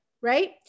right